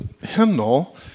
hymnal